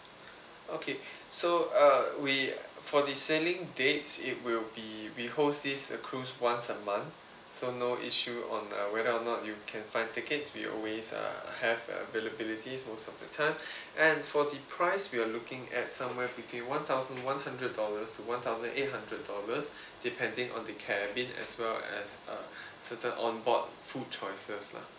okay so uh we for the sailing date it will be we host this uh cruise once a month so no issue on uh whether or not you can find tickets we always uh have availability most of the time and for the price we are looking at somewhere between one thousand one hundred dollars to one thousand eight hundred dollars depending on the cabin as well as uh certain onboard food choices lah